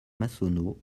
massonneau